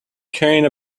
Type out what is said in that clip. carrying